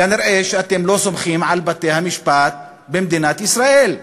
כנראה אתם לא סומכים על בתי-המשפט במדינת ישראל,